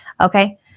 okay